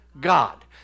God